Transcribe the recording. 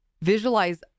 Visualize